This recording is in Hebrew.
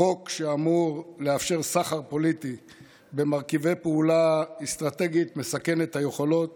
החוק שאמור לאפשר סחר פוליטי במרכיבי פעולה אסטרטגית מסכן את היכולות